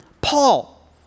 Paul